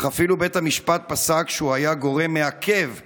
אך אפילו בית המשפט פסק שהוא היה גורם מעכב בקשר,